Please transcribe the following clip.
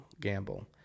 Gamble